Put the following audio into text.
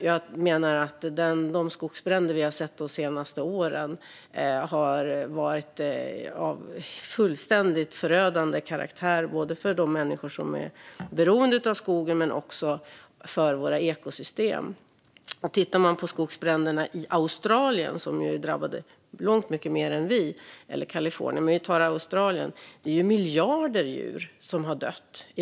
Jag menar att de skogsbränder vi har sett de senaste åren har varit av fullständigt förödande karaktär både för de människor som är beroende av skogen och för våra ekosystem. Ser man på skogsbränderna i Australien, som ju är ett land som drabbas långt värre än Sverige - Kalifornien är ett annat exempel - kan vi se att det är miljarder djur som har dött.